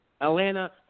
Atlanta